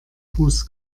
fuß